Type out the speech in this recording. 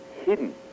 hidden